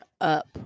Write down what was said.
up